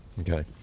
okay